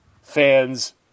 fans